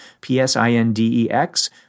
P-S-I-N-D-E-X